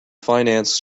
finance